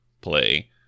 play